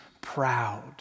proud